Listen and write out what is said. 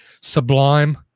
sublime